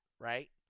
right